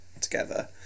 together